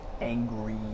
angry